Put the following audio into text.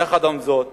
יחד עם זאת